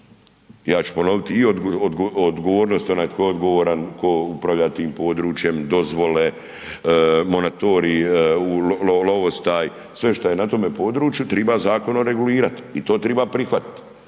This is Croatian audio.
ja ću ponoviti i odgovornost, onaj tko je odgovoran, tko upravlja tim područjem, dozvole, monatorij, lovostaj, sve šta je na tome području triba zakonom regulirat i to triba prihvatit.